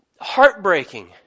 heartbreaking